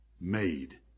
made